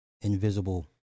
invisible